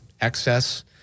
excess